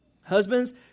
Husbands